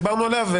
דיברנו עליה.